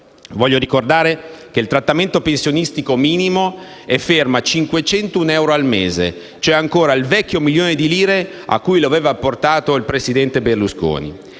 Voglio ricordare che il trattamento pensionistico minimo è fermo a 501 euro al mese, cioè ancora il vecchio milione di lire a cui lo aveva portato il presidente Berlusconi.